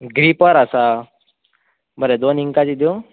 gripper आसा बरे दोन इंकाची दिंव